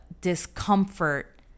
discomfort